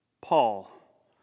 Paul